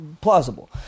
plausible